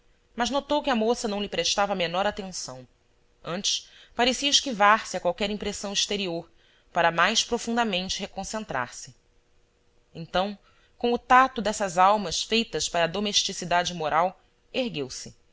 mas notou que a moça não lhe prestava a menor atenção antes parecia esquivar se a qualquer impressão exte rior para mais profundamente reconcentrar se então com o tacto dessas almas feitas para a domesticidade moral ergueu-se